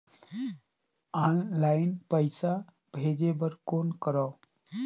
Online पईसा भेजे बर कौन करव?